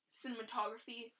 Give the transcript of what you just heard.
cinematography